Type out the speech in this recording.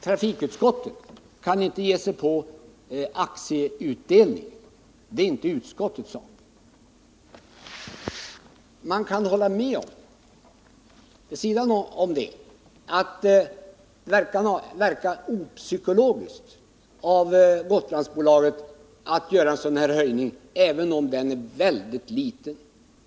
Trafikutskottet kan inte ge sig på aktieutdelningen — det är inte utskottets sak. Vid sidan om det kan man hålla med om att det verkar opsykologiskt av Gotlandsbolaget att göra en sådan här höjning, även om den är väldigt liten.